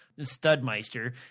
studmeister